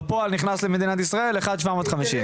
בפועל נכנס למדינת ישראל טון ו-750ק"ג.